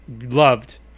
loved